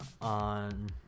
on